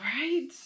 Right